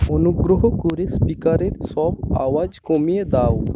অনুগ্রহ করে স্পিকারে সব আওয়াজ কমিয়ে দাও